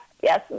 yes